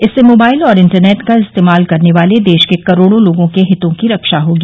इससे मोबाइल और इंटरनेट का इस्तेमाल करने वाले देश के करोड़ो लोगों के हितों की रक्षा होगी